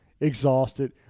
exhausted